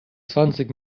zwanzig